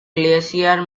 glacier